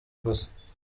gusa